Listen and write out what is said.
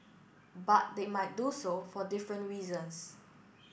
but they might do so for different reasons